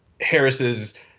Harris's